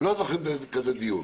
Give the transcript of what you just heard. לא זוכרים כזה דיון.